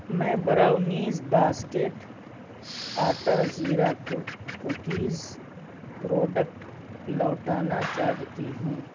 میں brownies basket atta zeera cookies product لوٹانا چاہتی ہوں